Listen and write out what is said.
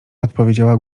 odpowiedziała